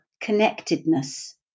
connectedness